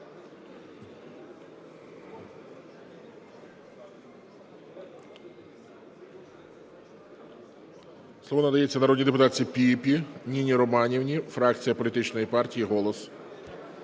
Слово надається народній депутатці Піпі Ніні Романівні, фракція політичної партії "Голос".